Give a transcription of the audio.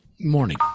morning